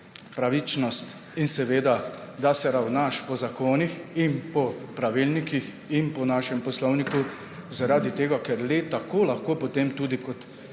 pravičnost in seveda, da se ravnaš po zakonih in po pravilnih in po našem poslovniku. Zaradi tega ker le tako lahko potem kot